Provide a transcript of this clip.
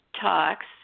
talks